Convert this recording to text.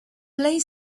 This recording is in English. play